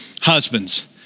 Husbands